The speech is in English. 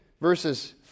verses